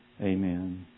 Amen